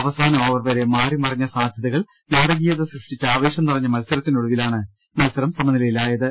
അവസാന ഓവർ വരെ മാറി മറിഞ്ഞ സാധ്യതകൾ നാടകീയത സൃഷ്ടിച്ച ആവേശം നിറഞ്ഞ മത്സരത്തി നൊടുവിലാണ് മത്സരം സമനിലയിലായത്